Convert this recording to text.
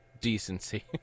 decency